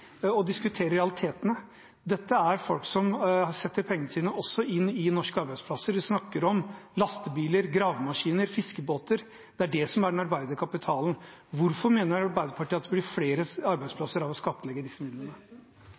og diskutere realitetene. Dette er folk som setter pengene sine inn i norske arbeidsplasser, vi snakker om lastebiler, gravemaskiner, fiskebåter. Det er det som er den arbeidende kapitalen. Hvorfor mener Arbeiderpartiet at det blir flere arbeidsplasser av å skattlegge disse midlene?